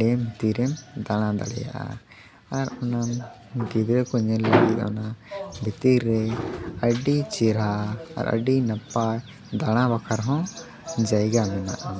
dam ᱛᱤᱨᱮᱢ ᱫᱟᱬᱟ ᱫᱟᱲᱮᱭᱟᱜᱼᱟ ᱟᱨ ᱚᱱᱟ ᱜᱤᱫᱽᱨᱟᱹ ᱠᱚ ᱧᱮᱞ ᱞᱟᱹᱜᱤᱫ ᱚᱱᱟ ᱵᱷᱤᱛᱤᱨ ᱨᱮ ᱟᱹᱰᱤ ᱪᱮᱨᱦᱟ ᱟᱨ ᱟᱹᱰᱤ ᱱᱟᱯᱟᱭ ᱫᱟᱲᱟ ᱵᱟᱠᱷᱨᱟ ᱦᱚᱸ ᱡᱟᱭᱜᱟ ᱢᱮᱱᱟᱜᱼᱟ